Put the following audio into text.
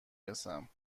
رسم